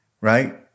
right